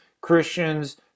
Christians